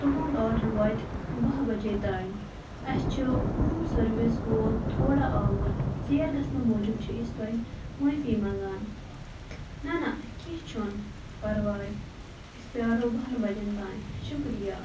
تُہُنٛد آرڈَر واتہِ بَہہ بَجے تانۍ اَسہِ چھِ ہوم سٔروِس وول تھوڑا آوُر ژیر گژھنہٕ موٗجوٗب چھِ أسۍ تۄہہِ معٲفی منٛگان نہ نہ کینٛہہ چھُنہٕ پَرواے أسۍ پیٛارو بَہَن بَجَن تانۍ شُکریہ